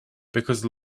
because